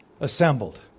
assembled